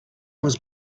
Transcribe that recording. was